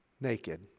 Naked